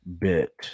bit